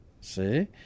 See